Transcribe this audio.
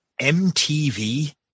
MTV